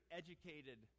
educated